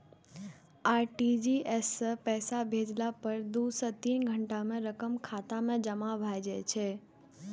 RTGS सं पैसा भेजला पर दू सं तीन घंटा मे रकम खाता मे जमा भए जाइ छै